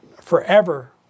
forever